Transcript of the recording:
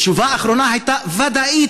תשובה אחרונה הייתה ודאית.